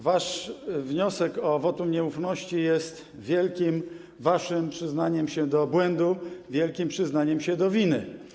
Wasz wniosek o wotum nieufności jest wielkim waszym przyznaniem się do błędu, wielkim przyznaniem się do winy.